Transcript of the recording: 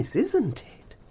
isn't it.